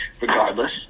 regardless